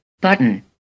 Button